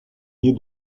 ier